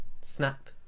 snap